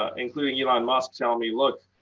ah including elon musk, tell me, look,